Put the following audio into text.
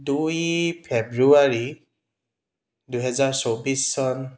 দুই ফেব্ৰুৱাৰী দুহেজাৰ চৌব্বিছ চন